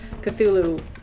Cthulhu